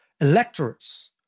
electorates